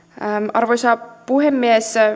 arvoisa puhemies